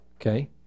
Okay